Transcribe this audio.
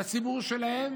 לציבור שלהם